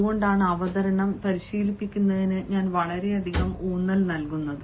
അതുകൊണ്ടാണ് അവതരണം പരിശീലിപ്പിക്കുന്നതിന് ഞാൻ വളരെയധികം ഊന്നൽ നൽകുന്നത്